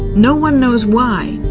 no one knows why.